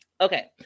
Okay